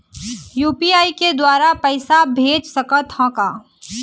UPI के द्वारा पैसा भेज सकत ह का?